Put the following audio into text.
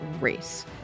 race